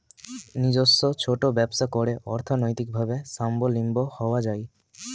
নিজস্ব ছোট ব্যবসা করে অর্থনৈতিকভাবে স্বাবলম্বী হওয়া যায়